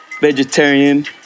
vegetarian